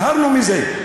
הזהרנו מזה.